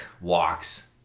walks